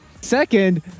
Second